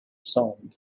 song